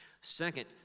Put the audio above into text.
Second